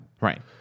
right